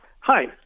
Hi